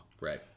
Right